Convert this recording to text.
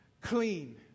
clean